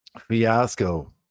fiasco